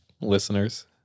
Listeners